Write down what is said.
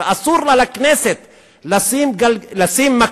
ואסור לה לכנסת לשים מקלות